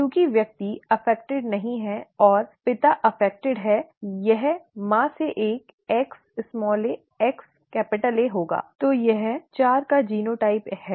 चूँकि व्यक्ति प्रभावित नहीं है और पिता प्रभावित है यह माँ से एक XaXA होगा ठीक है तो यह 4 का जीनोटाइप है